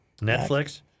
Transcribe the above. Netflix